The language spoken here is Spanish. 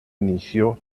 inició